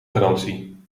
garantie